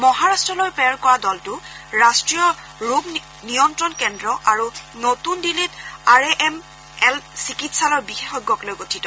মহাৰট্টলৈ প্ৰেৰণ কৰা দলটো ৰাষ্ট্ৰীয় ৰোগ নিয়ন্ত্ৰণ কেন্দ্ৰ আৰু নতুন দিল্লীত আৰ এম এল চিকিৎসালয়ৰ বিশেষজ্ঞকলৈ গঠিত